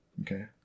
Okay